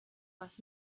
was